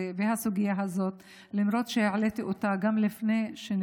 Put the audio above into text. ועל הסוגיה הזאת שהעליתי אותה לפני,